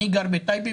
אני גר בטייבה,